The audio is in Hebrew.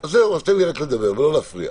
אז תן לי לדבר ולא להפריע.